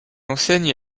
enseigne